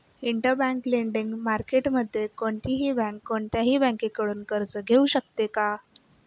Interbank lending मार्केटमध्ये कोणतीही bank कोणत्याही बँकेकडून कर्ज घेऊ शकते का?